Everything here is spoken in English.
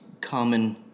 common